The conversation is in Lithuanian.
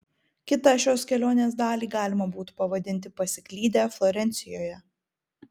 kitą šios kelionės dalį galima būtų pavadinti pasiklydę florencijoje